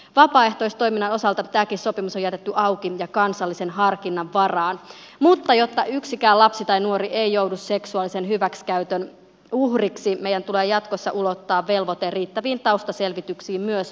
vapaaehtoistoiminnan osalta tämäkin sopimus on jätetty auki ja kansallisen harkinnan varaan mutta jotta yksikään lapsi tai nuori ei joudu seksuaalisen hyväksikäytön uhriksi meidän tulee jatkossa ulottaa velvoite riittäviin taustaselvityksiin myös vapaaehtoistoiminnan piiriin